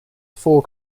four